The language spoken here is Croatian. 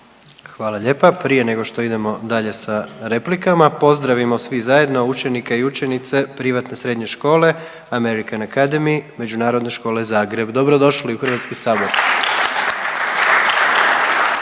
Hvala lijepa. Prije nego što idemo dalje sa replikama pozdravimo svi zajedno učenike i učenice Privatne srednje škole American academy međunarodne škole Zagreb. Dobrodošli u HS. /Pljesak/